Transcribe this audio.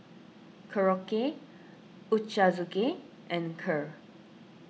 Korokke Ochazuke and Kheer